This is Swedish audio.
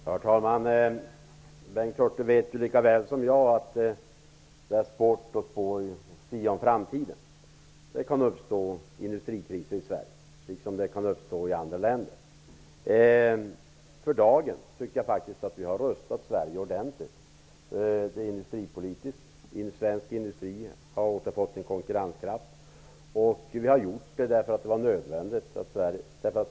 Herr talman! Bengt Hurtig vet lika väl som jag att det är svårt att sia om framtiden. Det kan uppstå industrikriser i Sverige liksom i andra länder. För dagen tycker jag faktiskt att vi industripolitiskt har rustat Sverige ordentligt. Svensk industri har återfått sin konkurrenskraft. Vi har gjort detta därför att det var nödvändigt.